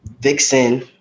Vixen